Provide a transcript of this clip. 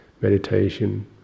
Meditation